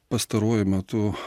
pastaruoju metu